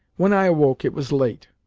when i awoke it was late.